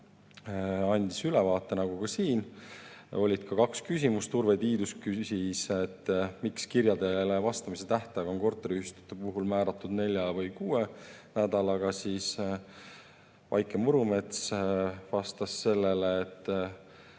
andis ülevaate nagu ka siin. Oli kaks küsimust. Urve Tiidus küsis, miks on kirjadele vastamise tähtaeg korteriühistute puhul määratud nelja või kuue nädalaga. Vaike Murumets vastas sellele, et